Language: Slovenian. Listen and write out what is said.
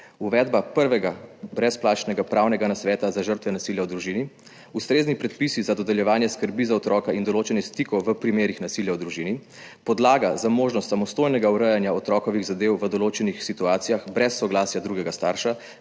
Uvedba prvega brezplačnega pravnega nasveta za žrtve nasilja v družini, ustrezni predpisi za dodeljevanje skrbi za otroka in določanje stikov v primerih nasilja v družini, podlaga za možnost samostojnega urejanja otrokovih zadev v določenih situacijah brez soglasja drugega starša,